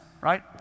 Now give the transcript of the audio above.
right